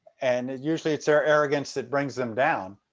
and usually it's their arrogance that brings them down.